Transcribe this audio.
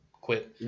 quit